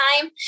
time